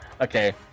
Okay